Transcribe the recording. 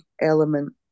element